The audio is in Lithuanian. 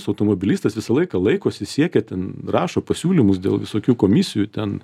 su automobilistais visą laiką laikosi siekia ten rašo pasiūlymus dėl visokių komisijų ten